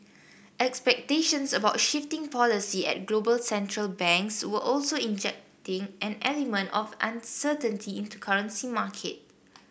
expectations about shifting policy at global central banks were also injecting an element of uncertainty into currency market